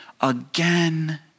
again